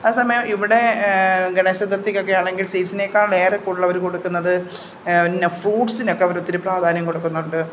അതെ സമയം ഇവിടെ ഗണേശ ചതുർത്ഥിക്കൊക്കെയാണെങ്കിൽ സ്വീറ്റ്സിനേക്കാൾ ഏറെക്കൂടുതൽ അവർ കൊടുക്കുന്നത് പിന്നെ ഫ്രൂട്സിനൊക്കെ അവരൊത്തിരി പ്രാധാന്യം കൊടുക്കുന്നുണ്ട്